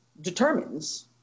determines